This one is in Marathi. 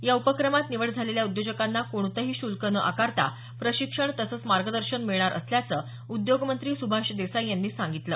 या उपक्रमात निवड झालेल्या उद्योजकांना कोणतेही शुल्क न आकारता प्रशिक्षण तसंच मार्गदर्शन मिळणार असल्याचं उद्योगमंत्री सुभाष देसाई यांनी सांगितलं